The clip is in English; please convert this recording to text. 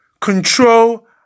control